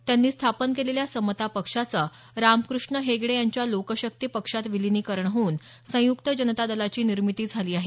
त्यांनी स्थापन केलेल्या समता पक्षाचं रामकृष्ण हेगडे यांच्या लोकशक्ती पक्षात विलीनीकरण होऊन संयुक्त जनता दलाची निर्मिती झाली आहे